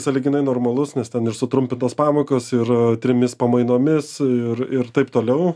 sąlyginai normalus nes ten ir sutrumpintos pamokos ir trimis pamainomis ir ir taip toliau